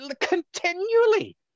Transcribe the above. continually